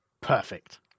Perfect